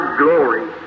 glory